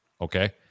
okay